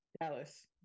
Dallas